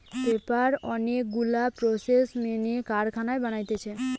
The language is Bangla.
পেপার অনেক গুলা প্রসেস মেনে কারখানায় বানাতিছে